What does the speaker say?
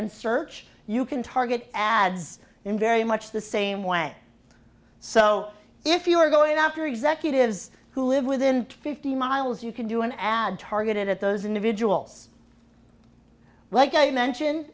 and search you can target ads in very much the same way so if you're going after executives who live within fifty miles you can do an ad targeted at those individuals like i mention